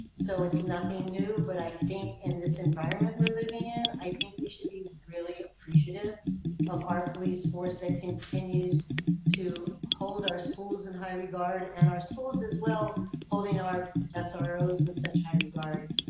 so it's nothing new, but i think in this environment we're living in, i think we should be really appreciative of our police force that continues to hold our schools in high regard and our schools as well holding our ah sro's in such high regard.